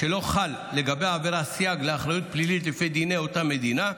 שלא חל לגבי העבירה סייג לאחריות פלילית לפי דיני אותה מדינה,